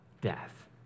Death